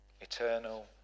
Eternal